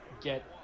get